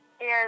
yes